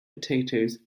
potatoes